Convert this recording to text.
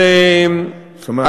זאת אומרת,